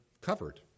covered